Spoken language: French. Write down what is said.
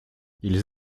ils